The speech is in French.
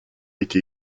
été